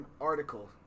Article